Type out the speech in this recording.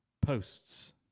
Posts